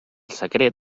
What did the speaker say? secret